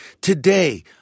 today